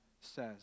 says